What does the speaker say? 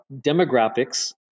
demographics